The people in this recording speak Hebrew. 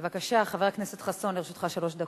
בבקשה, חבר הכנסת חסון, לרשותך שלוש דקות.